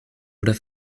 oder